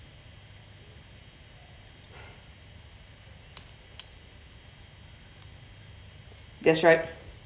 that's right